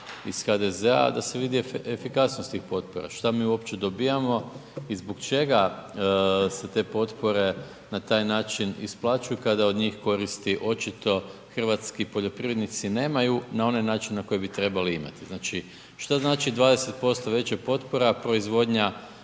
iz HDZ-a da se vide efikasnosti potpora, šta mi uopće dobivamo i zbog čega se te potpore na taj način isplaćuju kada od njih koristi očito hrvatski poljoprivrednici nemaju na onaj način na koji bi trebali imati. Znači, šta znači 20% veća potpora a proizvodnja